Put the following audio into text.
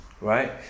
right